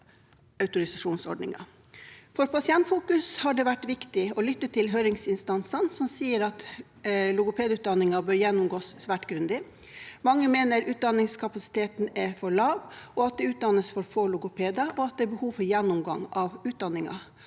For Pasientfokus har det vært viktig å lytte til høringsinstansene som sier at logopedutdanningen bør gjennomgås svært grundig. Mange mener utdanningskapasiteten er for lav, at det utdannes for få logopeder, og at det er behov for gjennomgang av utdanningen.